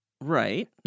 Right